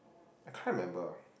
I can't remember